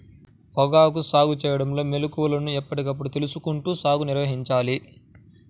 పొగాకు సాగు చేయడంలో మెళుకువలను ఎప్పటికప్పుడు తెలుసుకుంటూ సాగుని నిర్వహించాలి